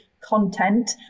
content